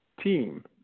team